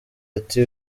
ati